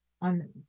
on